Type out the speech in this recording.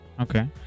okay